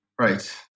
right